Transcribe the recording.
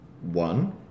one